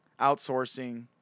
outsourcing